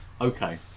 Okay